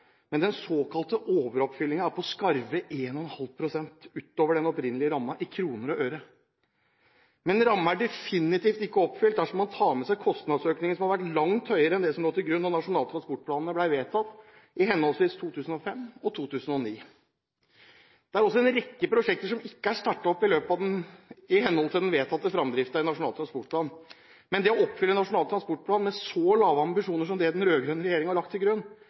men den såkalte overoppfyllingen er på skarve 1,5 pst. utover den opprinnelige rammen i kroner og øre. Men rammene er definitivt ikke oppfylt dersom man tar med seg kostnadsøkningene, som har vært langt høyere enn det som lå til grunn da de nasjonale transportplanene ble vedtatt i henholdsvis 2005 og 2009. Det er også en rekke prosjekter som ikke er startet opp i henhold til den vedtatte fremdriften i Nasjonal transportplan. Men det å oppfylle en Nasjonal transportplan med så lave ambisjoner som det den rød-grønne regjeringen har lagt til grunn,